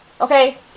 Okay